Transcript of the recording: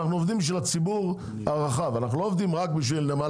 אנחנו עובדים בשביל הציבור הרחב לא רק בשביל נמל